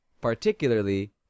particularly